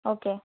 okay